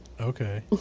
okay